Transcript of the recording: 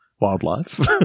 Wildlife